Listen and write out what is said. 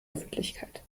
öffentlichkeit